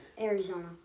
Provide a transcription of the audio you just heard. Arizona